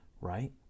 right